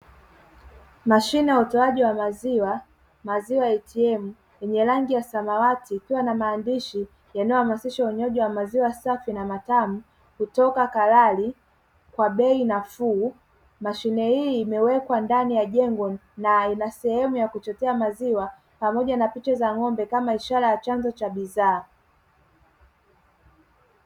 Mashine ya utoaji wa maziwa, maziwa "ATM", yenye rangi ya samawati ikiwa na maandishi yanayohamasisha unywaji wa maziwa safi na matamu kutoka Kalali kwa bei nafuu. Mashine hii imewekwa ndani ya jengo na ina sehemu ya kuchotea maziwa pamoja na picha za ng'ombe kama ishara ya chanzo cha bidhaa.